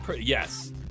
Yes